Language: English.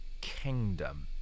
kingdom